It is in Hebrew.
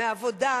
מהעבודה,